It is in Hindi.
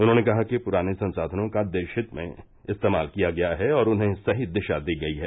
उन्होंने कहा कि पुराने संसाधनों का देशहित में इस्तेमाल किया गया है और उन्हें सही दिशा दी गई है